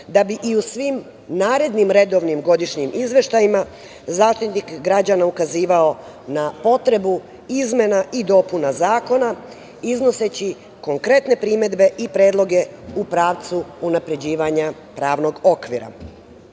da bi i u svim narednim redovnim godišnjim izveštajima Zaštitnik građana ukazivao na potrebu izmena i dopuna zakona iznoseći konkretne primedbe i predloge u pravcu unapređivanja pravnog okvira. Pored